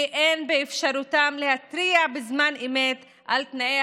אין באפשרותם להתריע בזמן אמת על תנאי